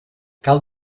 cal